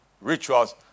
rituals